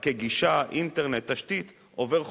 ספקי גישה, אינטרנט, תשתית, עובר חופשי.